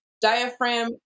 diaphragm